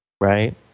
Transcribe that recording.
right